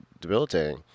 debilitating